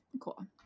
Cool